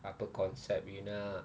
apa concept you nak